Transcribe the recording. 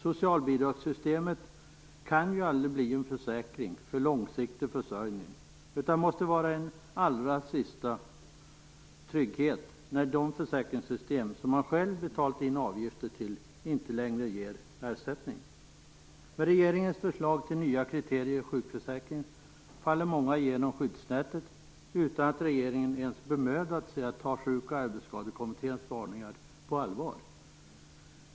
Socialbidragssystemet kan ju aldrig bli en försäkring för långsiktig försörjning, utan det måste vara en allra sista trygghet när de försäkringssystem som man själv betalt in avgifter till inte längre ger ersättning. Med regeringens förslag till nya kriterier i sjukförsäkringen faller många igenom skyddsnätet, utan att regeringen ens bemödat sig att ta Sjuk och arbetsskadekommitténs varningar på allvar.